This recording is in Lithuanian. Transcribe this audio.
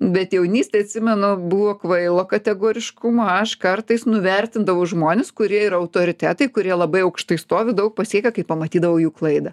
bet jaunystėj atsimenu buvo kvailo kategoriškumo aš kartais nuvertindavau žmones kurie yra autoritetai kurie labai aukštai stovi daug pasiekę kai pamatydavau jų klaidą